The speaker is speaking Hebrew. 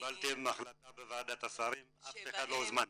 --- כשקיבלתם החלטה בוועדת השרים אף אחד לא הוזמן.